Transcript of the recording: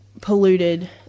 polluted